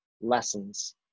lessons